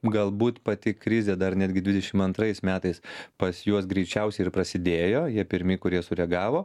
galbūt pati krizė dar netgi dvidešim antrais metais pas juos greičiausiai ir prasidėjo jie pirmi kurie sureagavo